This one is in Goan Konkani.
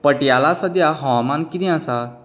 पटियालाक सद्या हवामान कितें आसा